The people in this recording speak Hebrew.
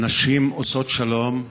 נשים עושות שלום,